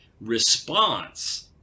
response